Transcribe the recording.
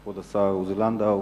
כבוד השר עוזי לנדאו,